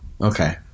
Okay